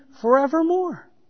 forevermore